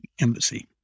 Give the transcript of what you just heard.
embassy